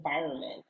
environment